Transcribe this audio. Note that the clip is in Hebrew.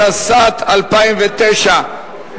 התשס"ט 2009,